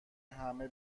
همه